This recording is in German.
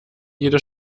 jede